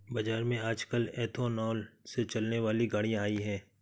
बाज़ार में आजकल एथेनॉल से चलने वाली गाड़ियां आई है